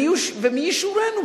ומי ישורנו,